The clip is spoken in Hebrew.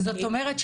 זאת אומרת,